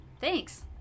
Thanks